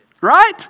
Right